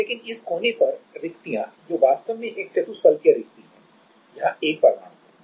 लेकिन इस कोने पर रिक्तियां जो वास्तव में एक चतुष्फलकीय रिक्ति है यहां 1 परमाणु होगा